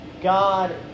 God